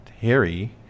Harry